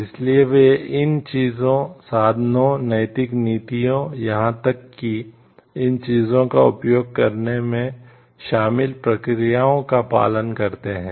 इसलिए वे इन चीजों साधनों नैतिक नीतियों यहां तक कि इन चीजों का उपयोग करने में शामिल प्रक्रियाओं का पालन करते हैं